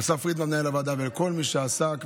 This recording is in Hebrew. אסף פרידמן מנהל הוועדה ולכל מי שעסק,